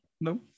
No